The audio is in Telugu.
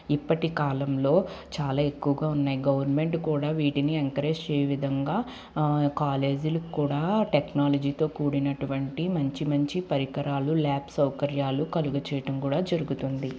ఇప్పటి కాలంలో చాలా ఎక్కువగా ఉన్నాయ్ గవర్నమెంట్ కూడా వీటిని ఎంకరేజ్ చేయు విధంగా కాలేజీలు కూడా టెక్నాలజీతో కూడినటువంటి మంచి పరికరాలు ల్యాబ్ సౌకర్యాలు కలుగచేయటం కూడ జరుగుతుంది